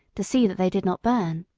to see that they did not burn.